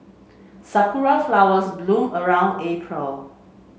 sakura flowers bloom around April